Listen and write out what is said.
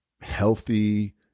healthy